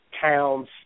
towns